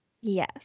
Yes